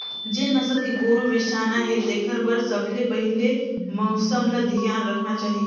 जेन नसल के गोरु बेसाना हे तेखर बर सबले पहिले मउसम ल धियान रखना चाही